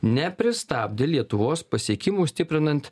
nepristabdė lietuvos pasiekimų stiprinant